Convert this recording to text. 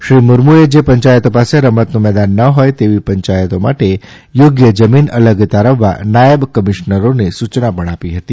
શ્રી મુર્મુએ જે પંચાયતો પાસે રમતનું મેદાન ન હોય તેવી પંચાયતો માટે થોગ્ય જમીન અલગ તારવવા નાયબ કમિશનરોને સૂચના પણ આપી હતી